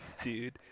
dude